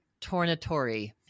Tornatori